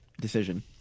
decision